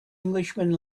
englishman